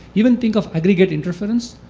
even think of aggregate interference.